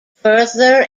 further